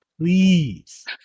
please